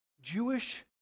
Jewish